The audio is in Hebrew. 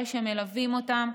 אלה שמלווים אותם.